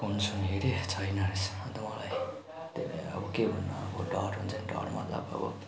फोनसोन हेरेँ छैन रहेछ अन्त मलाई त्यही भएर अब के गर्नु अब डर हुन्छ नि डर मतलब अब